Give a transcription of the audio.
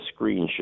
screenshot